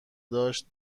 داشت